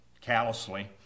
callously